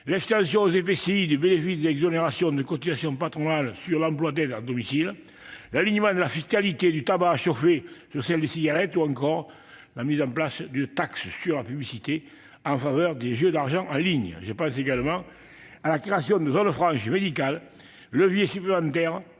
l'extension aux EPCI du bénéfice des exonérations de cotisations patronales sur l'emploi d'aides à domicile ; l'alignement de la fiscalité du tabac à chauffer sur celle des cigarettes ; ou encore la mise en place d'une taxe sur la publicité en faveur des jeux d'argent en ligne ... Je pense également à la création de zones franches médicales, levier supplémentaire